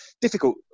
difficult